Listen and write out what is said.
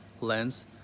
lens